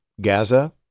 Gaza